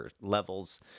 levels